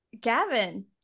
Gavin